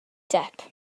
depp